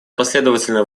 последовательно